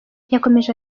yakomeje